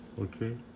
okay